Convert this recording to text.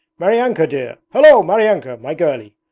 maryanka dear. hallo, maryanka, my girlie,